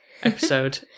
episode